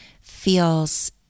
feels